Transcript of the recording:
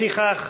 לפיכך,